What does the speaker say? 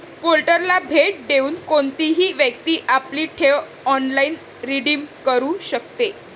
पोर्टलला भेट देऊन कोणतीही व्यक्ती आपली ठेव ऑनलाइन रिडीम करू शकते